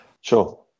Sure